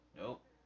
Nope